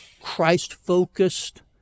Christ-focused